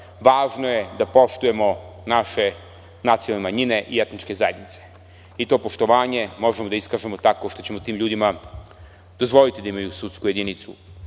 važno je da poštujemo naše nacionalne manjine i etničke zajednice i to poštovanje možemo da iskažemo tako što ćemo tim ljudima dozvoliti da imaju sudsku jedinicu,